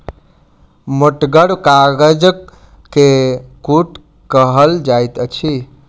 मोटगर कागज के कूट कहल जाइत अछि